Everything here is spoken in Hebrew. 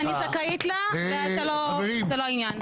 אני זכאית לה וזה לא העניין.